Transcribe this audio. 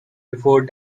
before